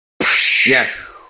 Yes